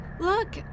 Look